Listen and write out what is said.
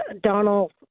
Donald